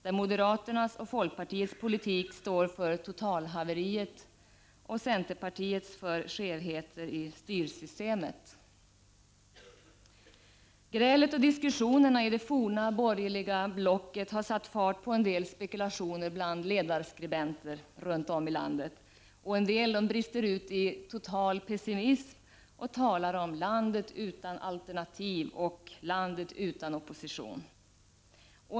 Där står moderaternas och folkpartiets politik för totalhaveriet och centerpartiets för skevheter i styrsystemet. Grälet och diskussionerna i det forna borgerliga blocket har satt fart på en del spekulationer bland ledarskribenter runt om i landet. En del brister ut i total pessimism och talar om ”landet utan alternativ” och ”landet utan opposition”.